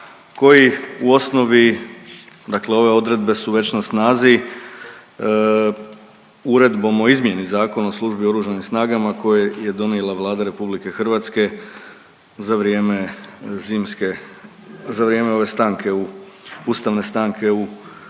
koji u osnovi, dakle ove odredbe su već na snazi Uredbom o izmjeni Zakona o službi u oružanim snagama koje je donijela Vlada RH za vrijeme zimske, za vrijeme ove stanke, Ustavne stanke u radu